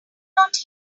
not